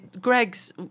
Greg's